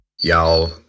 Y'all